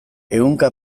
ehunka